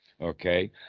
okay